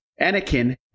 Anakin